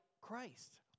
Christ